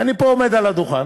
ואני פה עומד על הדוכן,